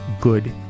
good